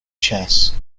chess